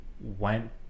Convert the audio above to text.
went